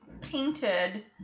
painted